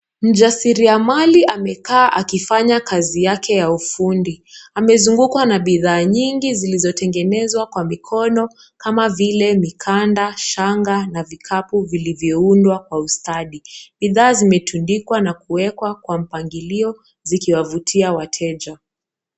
Mjasiriamali amekaa akifanya kazi yake ya ufundi. Amezungukwa na bidhaa nyingi zilizotengenezwa kwa mikono, kama vile mikanda, shanga na vikapu vilivyoundwa kwa ustadi. Bidhaa zimetundikwa na kuwekwa kwa mpangilio zikiwavutia wateja.